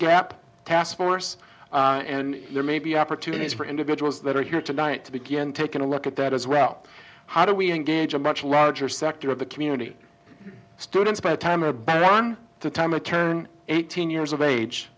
gap task force and there may be opportunities for individuals that are here tonight to begin taking a look at that as well how do we engage a much larger sector of the community students by the time a better one the time i turn eighteen years of age